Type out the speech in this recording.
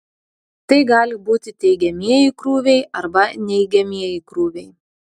tai gali būti teigiamieji krūviai arba neigiamieji krūviai